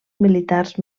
militars